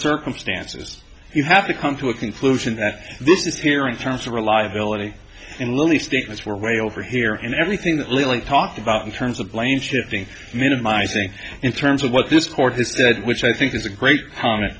circumstances you have to come to a conclusion that this is here in terms of reliability and really statements were way over here and everything that lee talked about in terms of blame shifting minimizing in terms of what this court this which i think is a great